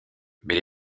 mais